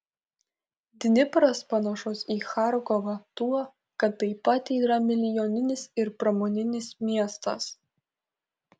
dnipras panašus į charkovą tuo kad taip pat yra milijoninis ir pramoninis miestas